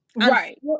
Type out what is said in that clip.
Right